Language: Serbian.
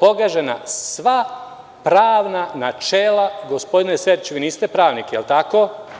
pogažena sva pravna načela, gospodine Sertiću, vi niste pravnik, jel tako?